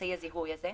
אמצעי הזיהוי הזה.